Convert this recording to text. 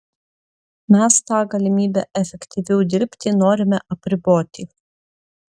mes tą galimybę efektyviau dirbti norime apriboti